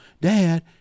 Dad